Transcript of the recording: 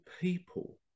people